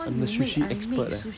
I'm the sushi expert eh